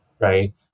right